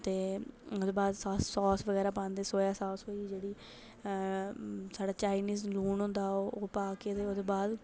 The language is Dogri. ते ओह्दे बाद सास बगैरा पांदे सोया सास बी जेह्ड़ी साढ़ै चाईनिस लून होंदा ओह् पांदे ओह्दे बाद